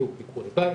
יהיו ביקורי בית,